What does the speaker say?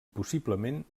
possiblement